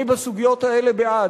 אני, בסוגיות האלה, בעד.